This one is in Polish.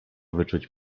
wyczuć